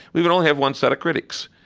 we would only have one set of critics,